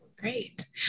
Great